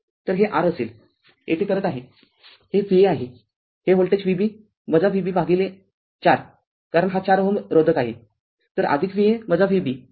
तर हे r असेल येथे करत आहे हे Va असेल हे व्होल्टेज Vb Vb भागिले r ४ कारण हा ४Ω रोधक आहे तर Va Vb भागिले ४ आहे